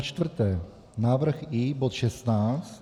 Za čtvrté, návrh I bod 16.